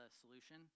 solution